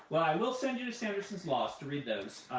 well, i will send you to sanderson's laws to read those,